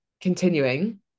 Continuing